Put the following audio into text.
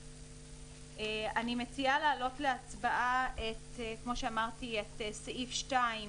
אני מציעה להעלות להצבעה את סעיף (2),